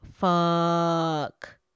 fuck